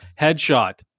headshot